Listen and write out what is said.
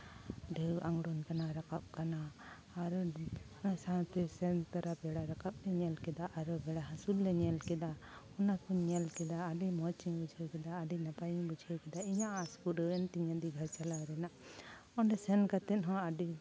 ᱰᱷᱮᱣ ᱟᱬᱜᱚᱱ ᱠᱟᱱᱟ ᱨᱟᱠᱟᱵ ᱠᱟᱱᱟ ᱟᱨ ᱚᱱᱟ ᱥᱟᱶᱛᱮ ᱥᱮᱱ ᱛᱚᱨᱟ ᱵᱮᱲᱟ ᱨᱟᱠᱟᱵ ᱞᱮ ᱧᱮᱞ ᱠᱮᱫᱟ ᱟᱨᱚ ᱵᱮᱲᱟ ᱦᱟᱸᱥᱩᱨ ᱞᱮ ᱧᱮᱞ ᱠᱮᱫᱟ ᱚᱱᱟ ᱠᱩᱧ ᱧᱮᱞ ᱠᱮᱫᱟ ᱟᱹᱰᱤ ᱢᱚᱡᱤᱧ ᱵᱩᱡᱷᱟᱹᱣ ᱠᱮᱫᱟ ᱟᱹᱰᱤ ᱱᱟᱯᱟᱭᱤᱧ ᱵᱩᱡᱷᱟᱹᱣ ᱠᱮᱫᱟ ᱤᱧᱟᱹᱜ ᱟᱸᱥ ᱯᱩᱨᱟᱹᱣᱮᱱ ᱛᱤᱧᱟᱹ ᱫᱤᱜᱷᱟ ᱪᱟᱞᱟᱣ ᱨᱮᱱᱟᱜ ᱚᱸᱰᱮ ᱥᱮᱱ ᱠᱟᱛᱮ ᱦᱚᱸ ᱟᱹᱰᱤ